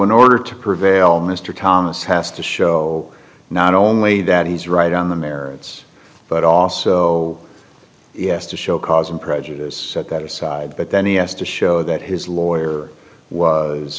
in order to prevail mr thomas has to show not only that he's right on the merits but also yes to show cause and prejudice set that aside but then he has to show that his lawyer was